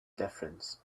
difference